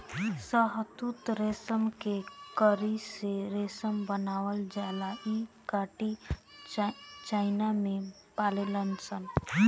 शहतूत रेशम के कीड़ा से रेशम बनावल जाला इ कीट चाइना में पलाले सन